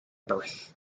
birth